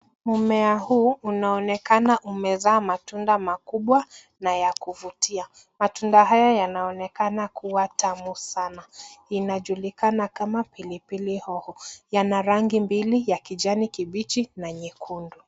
Mmea huu unaonekana umezaa matunda makubwa na ya kuvutia. Matunda haya yanaonekana kua tamu sana. Inajulikana kama pilipili hoho. Yana rangi mbili, ya kijani kibichi na nyekundu.